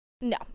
No